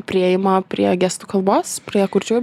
priėjimą prie gestų kalbos prie kurčiųjų